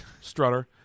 Strutter